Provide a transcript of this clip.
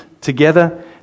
together